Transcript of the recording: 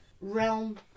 realm